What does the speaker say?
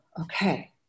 Okay